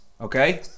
okay